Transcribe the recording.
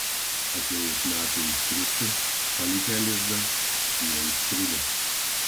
atėjus metui išskristi palikę lizdą jie išskrido